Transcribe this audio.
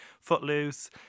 Footloose